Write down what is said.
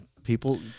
People